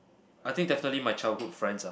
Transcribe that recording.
I think definitely my childhood friends ah